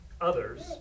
others